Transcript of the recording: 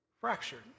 fractured